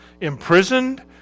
imprisoned